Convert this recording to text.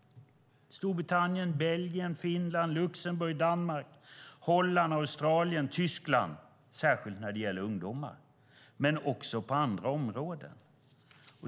- Storbritannien, Belgien, Finland, Luxemburg, Danmark, Holland, Australien, Tyskland - särskilt när det gäller ungdomar men också på andra områden?